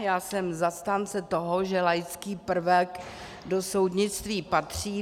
Já jsem zastánce toho, že laický prvek do soudnictví patří.